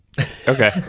Okay